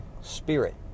spirit